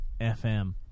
FM